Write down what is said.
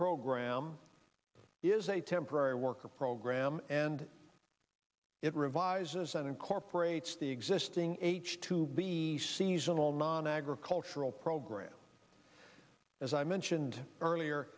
program is a temporary worker program and it revises and incorporates the existing h two b seasonal nonagricultural program as i mentioned earlier